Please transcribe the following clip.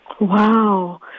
wow